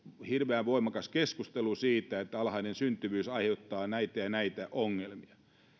hirveän voimakas keskustelu siitä että alhainen syntyvyys aiheuttaa näitä ja näitä ongelmia